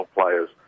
players